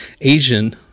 Asian